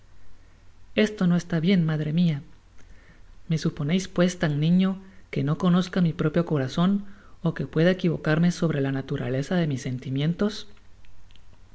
esto no está bien madre mia me suponeis pues tan niño que no conozca mi propio corazon ó que pueda equivocarme sobre la naiuralezá de mis sentimientos